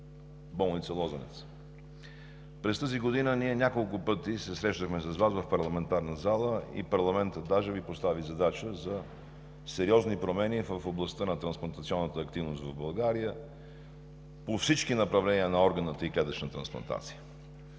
Болница „Лозенец“. През тази година ние няколко пъти се срещахме с Вас в парламентарната зала и парламентът даже Ви постави задача за сериозни промени в областта на трансплантационната активност в България по всички направления на органната и клетъчната трансплантация.